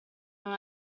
non